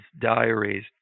diaries